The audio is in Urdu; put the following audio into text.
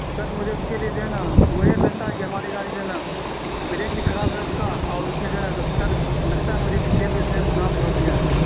تو سر مجھے اس کے لیے جو ہے نا مجھے لگتا ہے کہ ہماری گاڑی جو ہے نا بریک بھی خراب ہے اس کا اور اس میں جو ہے نا سر لگتا ہے مجھے کہ تیل بھی اس میں سماپت ہو گیا ہے